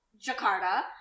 jakarta